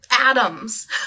atoms